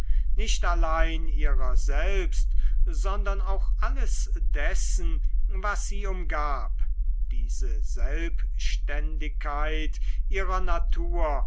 nicht allein ihrer selbst sondern auch alles dessen was sie umgab diese selbständigkeit ihrer natur